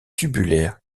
tubulaire